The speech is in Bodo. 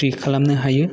फ्रि खालामनो हायो